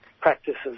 practices